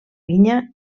vinya